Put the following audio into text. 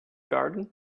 garden